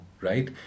right